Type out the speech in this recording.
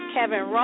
Kevin